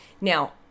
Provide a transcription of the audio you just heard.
Now